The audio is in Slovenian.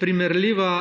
Primerljiva